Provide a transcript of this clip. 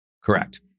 Correct